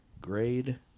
Grade